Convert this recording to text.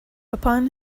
upon